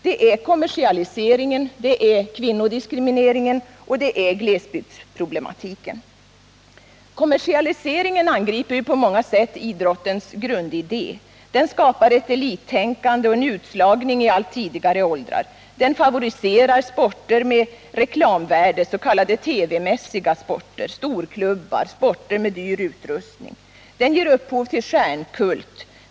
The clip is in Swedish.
Det är kommersialiseringen, kvinnodiskrimineringen och glesbygdsproblematiken. Kommersialiseringen angriper på många sätt idrottens grundidé. Den skapar ett elittänkande och en utslagning i allt tidigare åldrar. Den favoriserar sporter med reklamvärde, s.k. tv-mässiga sporter, storklubbar, sporter med dyr utrustning. Den ger upphov till stjärnkult.